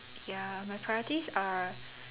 ya my priorities are